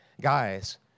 Guys